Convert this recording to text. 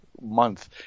month